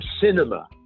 cinema